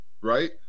right